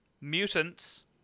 mutants